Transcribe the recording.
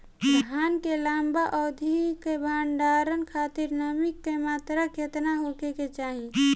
धान के लंबा अवधि क भंडारण खातिर नमी क मात्रा केतना होके के चाही?